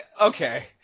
okay